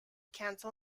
council